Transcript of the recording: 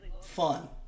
fun